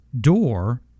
door